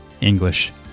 English